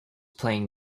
playing